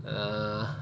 err